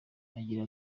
agira